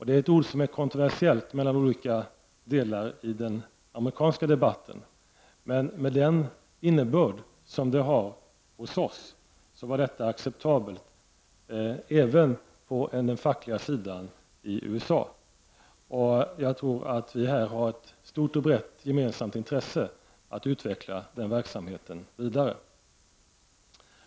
Det är ett ord som är kontroversiellt för olika deltagare i den amerikanska debatten, men med den innebörd som ordet har hos oss kunde det accepteras även av den fackliga sidan i USA. Jag tror att vi här har ett stort och brett gemensamt intresse att utveckla den verksamheten vidare.